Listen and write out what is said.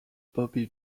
bobby